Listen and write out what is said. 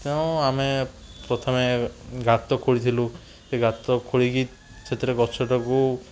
ତ ଆମେ ପ୍ରଥମେ ଗାତ ଖୋଳିଥିଲୁ ସେ ଗାତ ଖୋଳିକି ସେଥିରେ ଗଛଟାକୁ